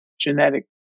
genetic